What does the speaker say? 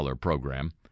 program